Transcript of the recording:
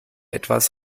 etwas